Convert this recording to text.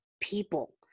people